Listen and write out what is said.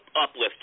uplifting